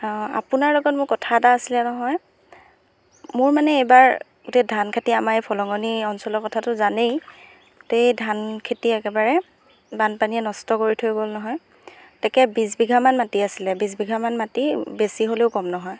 আপোনাৰ লগত মোৰ কথা এটা আছিলে নহয় মোৰ মানে এইবাৰ গোটেই ধান খেতি আমাৰ এই ফলঙনি অঞ্চলৰ কথাটো জানেই গোটেই ধান খেতি একেবাৰে বানপানীয়ে নষ্ট কৰি থৈ গ'ল নহয় তাকে বিছ বিঘামান মাটি আছিলে বিছ বিঘামান মাটি বেছি হ'লেও কম নহয়